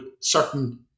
certain